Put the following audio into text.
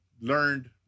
learned